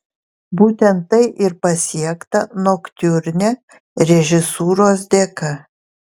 būtent tai ir pasiekta noktiurne režisūros dėka